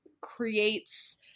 creates